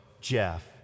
Jeff